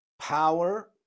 power